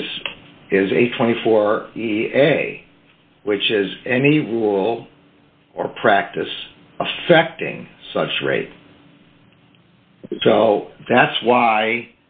is is a twenty four dollars a which is any rule or practice affecting such rate so that's why